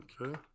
Okay